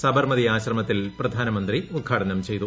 സബർമതി ആശ്രമത്തിൽ പ്രധാന മൂന്ത്രി ഉദ്ഘാടനം ചെയ്തു